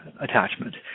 attachment